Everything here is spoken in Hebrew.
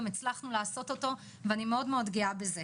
הצלחנו לעשות אותו ואני מאוד גאה בזה.